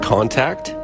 Contact